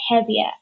heavier